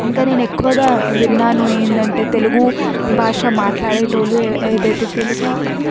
ఇంకా నేను ఎక్కువగా విన్నాను ఏంటంటే తెలుగు భాష మాట్లాడేటోళ్లు ఏదైతే తెలుగు